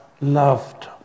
loved